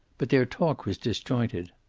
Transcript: but their talk was disjointed